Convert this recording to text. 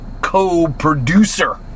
co-producer